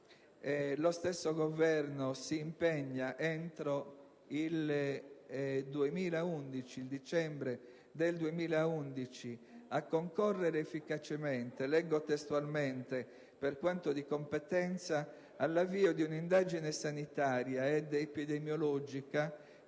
lo stesso Governo si impegna entro il dicembre 2011: « a concorrere efficacemente, per quanto di competenza, all'avvio di un'indagine sanitaria ed epidemiologica